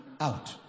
out